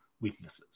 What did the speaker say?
weaknesses